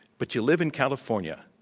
but you live in california,